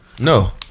No